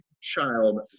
child